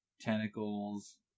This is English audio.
tentacles